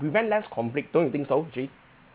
prevent less conflict don't you think so jay